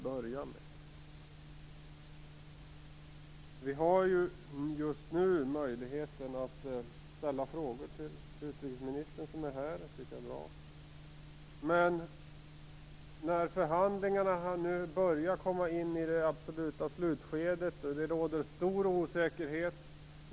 Just nu har vi möjlighet att ställa frågor till utrikesministern som är här, och det är bra. Nu börjar förhandlingarna att komma in i det absoluta slutskedet, och det råder stor osäkerhet.